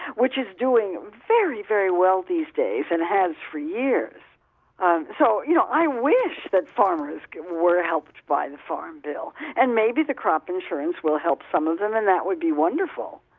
which is doing very, very well these days and has for years um so you know i wish that farmers were helped by the farm bill. and maybe the crop insurance will help some of them and that would be wonderful,